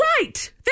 Right